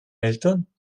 eltern